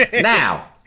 Now